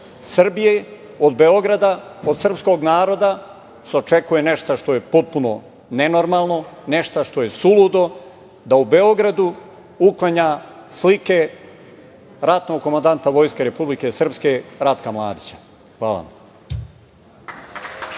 Srbije, od Beograda, od srpskog naroda se očekuje nešto što je potpuno nenormalno, nešto što je suludo, da u Beogradu uklanja slike ratnog komandanta Vojske Republike Srpske, Ratka Mladića. Hvala.